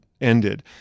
ended